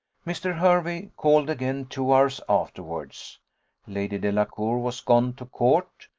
mr. hervey called again two hours afterwards lady delacour was gone to court.